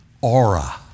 aura